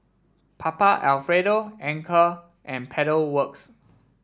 Papa Alfredo Anchor and Pedal Works